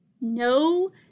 No